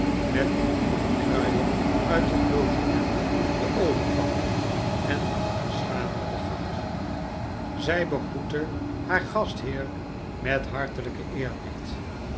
met een kruier uit het logement de olifant en haar schamele bagage zij begroette haar gastheer met hartelijken eerbied